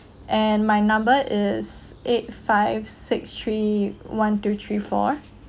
and my number is eight five six three one two three four